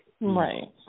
Right